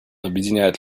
объединяет